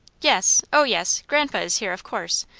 yes, o yes grandpa is here, of course.